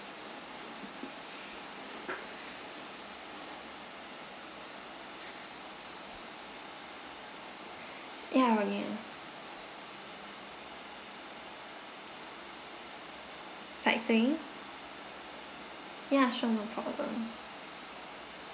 ya sightseeing ya sure no problem